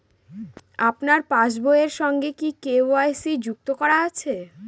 আমার পাসবই এর সঙ্গে কি কে.ওয়াই.সি যুক্ত করা আছে?